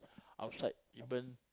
outside even